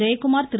Jayakumar Thiru